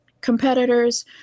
competitors